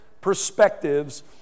perspectives